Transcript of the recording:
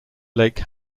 lake